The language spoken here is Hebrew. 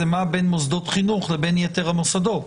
זה מה בין מוסדות חינוך לבין יתר המוסדות.